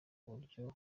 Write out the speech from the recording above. kuburyo